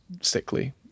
sickly